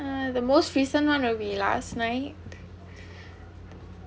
uh the most recent one will be last night